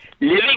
Living